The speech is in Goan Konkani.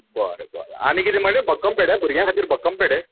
बरें बरें आनी कितें म्हणले भक्कम पेडे भुरग्यां खातीर भक्कम पेडे